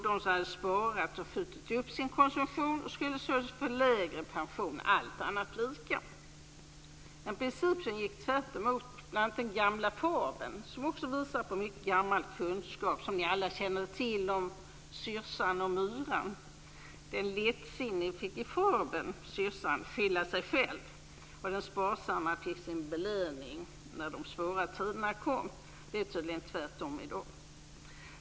De som hade sparat och skjutit upp sin konsumtion skulle således få lägre pension - allt annat lika. Det var en princip som gick på tvärs mot den gamla fabel som också visar på en mycket gammal kunskap. Ni känner säkert till fabeln om syrsan och myran. Den lättsinniga syrsan fick skylla sig själv. Den sparsamme fick sin belöning när svåra tider kom. Tydligen är det tvärtom i dag.